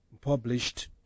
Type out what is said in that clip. published